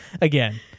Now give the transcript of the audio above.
again